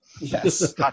Yes